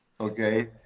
Okay